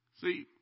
See